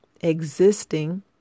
existing